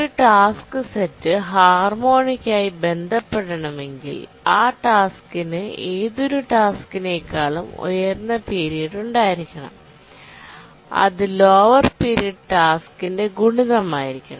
ഒരു task set harmonic ആയിട്ട് ബന്ധപ്പെടണമെങ്കിൽ ആ ടാ സ്കിന് ഏതൊരു ടാസ്ക്കിനേക്കാളും ഉയർന്ന പീരിയഡ് ഉണ്ടായിരിക്കണം അത് ലോവർ പീരിയഡ് ടാസ്ക്കിന്റെ ഗുണിതമായിരിക്കണം